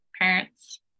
parents